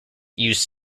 used